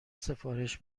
سفارش